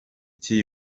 cy’iyi